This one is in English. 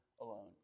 alone